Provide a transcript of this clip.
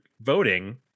voting